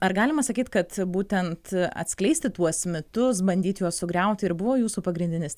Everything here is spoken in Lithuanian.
ar galima sakyt kad būtent atskleisti tuos metus bandyti juos sugriauti ir buvo jūsų pagrindinis